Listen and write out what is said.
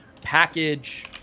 Package